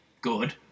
good